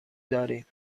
داریم